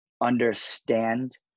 understand